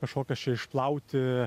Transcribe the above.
kažkokias čia išplauti